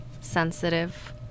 sensitive